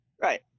Right